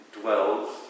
dwells